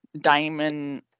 diamond